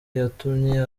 yatumye